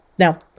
Now